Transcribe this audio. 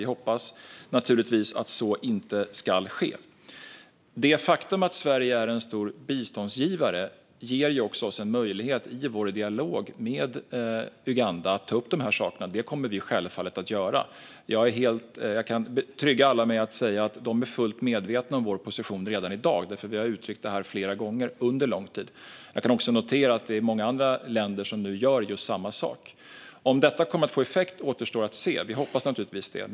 Vi hoppas naturligtvis att så inte ska ske. Det faktum att Sverige är en stor biståndsgivare ger oss också en möjlighet i vår dialog med Uganda att ta upp de här sakerna. Det kommer vi självfallet att göra. Jag kan lugna alla med att säga att de redan i dag är fullt medvetna om vår position. Vi har uttryckt den flera gånger under lång tid. Jag kan också notera att det är många andra länder som nu gör samma sak. Om detta kommer att få effekt återstår att se. Vi hoppas naturligtvis det.